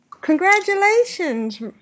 Congratulations